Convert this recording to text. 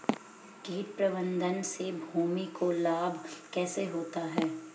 कीट प्रबंधन से भूमि को लाभ कैसे होता है?